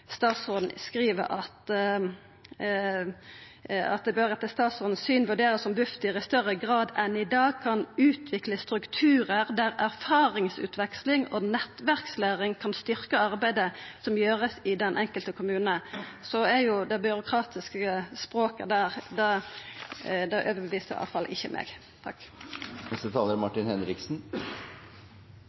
Statsråden skriv: «Det bør etter statsrådens syn vurderes om Bufdir i større grad enn i dag kan utvikle strukturer der erfaringsutveksling og nettverkslæring kan styrke arbeidet som gjøres i den enkelte kommune.» Det byråkratiske språket der overtyder i alle fall ikkje meg.